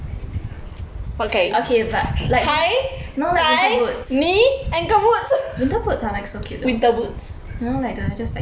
okay but no like ankle boots ankle boots are like so cute though you know the like just like here